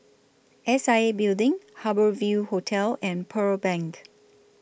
S I A Building Harbour Ville Hotel and Pearl Bank